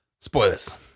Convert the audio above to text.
Spoilers